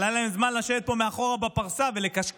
אבל היה להם זמן לשבת פה מאחור בפרסה ולקשקש